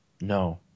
No